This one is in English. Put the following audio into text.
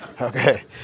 Okay